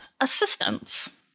assistance